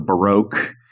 baroque